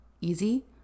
easy